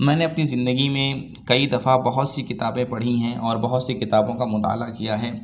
میں نے اپنی زندگی میں کئی دفع بہت سی کتابیں پڑھی ہیں اور بہت سی کتابوں کا مطالعہ کیا ہے